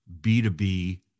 B2B